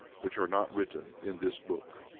which are not written in this book.